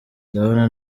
ndabona